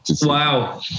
Wow